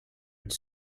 its